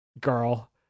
girl